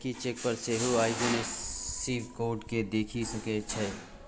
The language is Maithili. गहिंकी चेक पर सेहो आइ.एफ.एस.सी कोड केँ देखि सकै छै